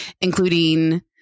including